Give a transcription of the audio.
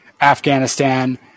Afghanistan